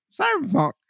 Cyberpunk